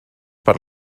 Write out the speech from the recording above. per